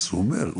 אז הוא אומר,